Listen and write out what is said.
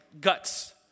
guts